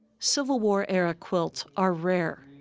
civil war era quilts are rare.